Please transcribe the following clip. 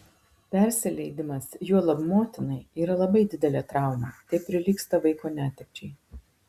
persileidimas juolab motinai yra labai didelė trauma tai prilygsta vaiko netekčiai